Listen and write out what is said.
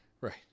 Right